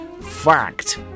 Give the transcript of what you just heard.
Fact